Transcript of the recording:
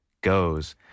goes